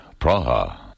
Praha